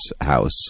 house